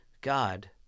God